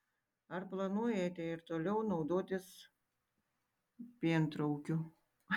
ar planuojate ir toliau naudotis pientraukiu